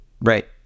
Right